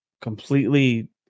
completely